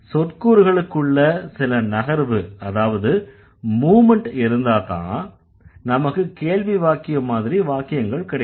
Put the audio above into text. சொற்கூறுகளுக்குள்ள சில நகர்வு அதாவது மூவ்மெண்ட் இருந்தாதான் நமக்கு கேள்வி வாக்கியம் மாதிரி வாக்கியங்கள் கிடைக்கும்